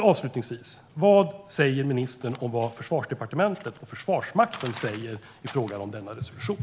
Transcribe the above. Avslutningsvis, vad säger ministern om vad Försvarsdepartementet och Försvarsmakten säger om denna resolution?